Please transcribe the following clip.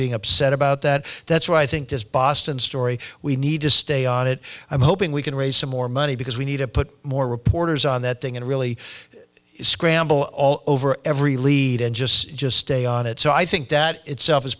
being upset about that that's why i think this boston story we need to stay on it i'm hoping we can raise some more money because we need to put more reporters on that thing and really scramble over every lead and just just stay on it so i think that itself is